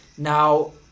Now